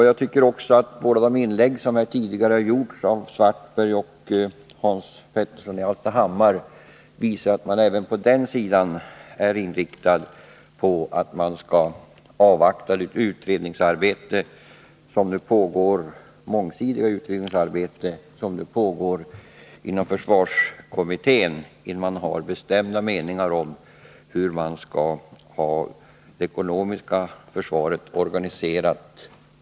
Jag tycker också att de inlägg som tidigare gjorts av Karl-Erik Svartberg och Hans Petersson i Hallstahammar visar att man även på den sidan är inriktad på att vi skall avvakta det mångsidiga utredningsarbete som nu pågår inom försvarskommittén innan vi har bestämda meningar om hur det ekonomiska försvaret skall organiseras.